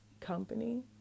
company